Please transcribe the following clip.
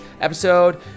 episode